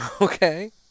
Okay